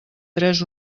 tres